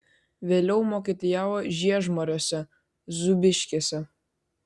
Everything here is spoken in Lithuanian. vėliau mokytojavo žiežmariuose zūbiškėse